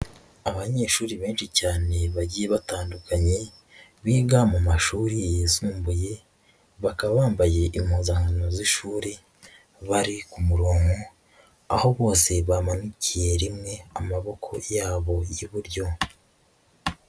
Abanyeshuri benshi cyane bagiye batandukanye biga mu mashuri yisumbuye, bakaba bambaye impuzankano z'ishuri, bari ku murongo aho bose bamanikiye rimwe amaboko yabo y'iburyo.